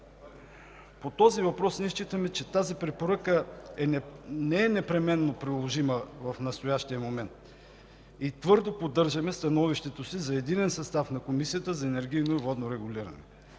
По този въпрос ние считаме, че тази препоръка не е непременно приложима в настоящия момент и твърдо поддържаме становището си за единен състав на Комисията за енергийно и водно регулиране.